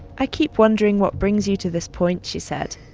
i keep wondering what brings you to this point, she said.